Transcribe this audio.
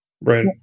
right